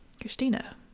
Christina